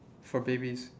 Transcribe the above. for babies